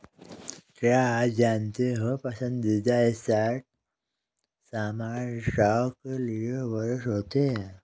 क्या आप जानते हो पसंदीदा स्टॉक सामान्य स्टॉक के लिए वरिष्ठ होते हैं?